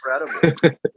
Incredible